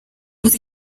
gusa